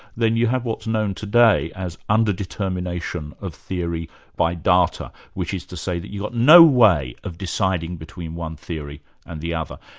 then you have what's known today as underdetermination of theory by data, which is to say that you've got no way of deciding between one theory and the other.